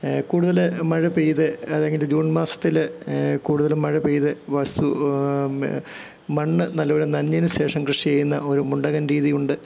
കൂടുതല് മഴ പെയ്ത് അല്ലെങ്കില് ജൂൺ മാസത്തില് കൂടുതലും മഴപെയ്ത് മൺസൂ മണ്ണ് നല്ലപോലെ നനഞ്ഞതിനുശേഷം കൃഷിചെയ്യുന്ന ഒരു മുണ്ടകൻ രീതിയുണ്ട്